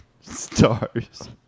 stars